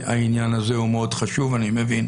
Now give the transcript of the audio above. העניין הזה הוא חשוב מאוד, אני מבין,